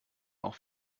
auch